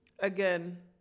Again